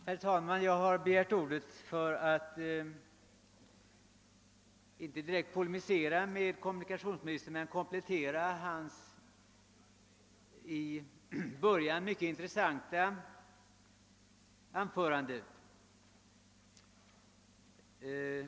Herr talman! Jag har inte begärt ordet för att direkt polemisera mot kommunikationsministern utan för att komplettera hans i början mycket iniressanta anförande.